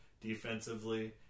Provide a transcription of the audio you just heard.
Defensively